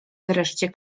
wreszcie